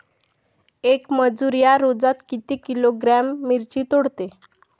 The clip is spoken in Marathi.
येक मजूर या रोजात किती किलोग्रॅम मिरची तोडते?